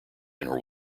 inner